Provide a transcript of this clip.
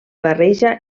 barreja